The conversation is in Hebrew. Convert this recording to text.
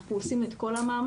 אנחנו עושים את כל המאמץ.